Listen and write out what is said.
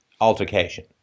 altercation